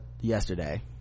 yesterday